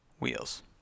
wheels